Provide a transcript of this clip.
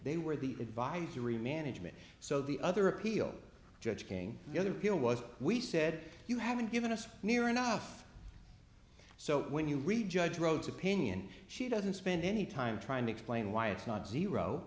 they were the advisory management so the other appeal judge came the other pill was we said you haven't given us near enough so when you read judge rhodes opinion she doesn't spend any time trying to explain why it's not zero